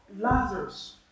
Lazarus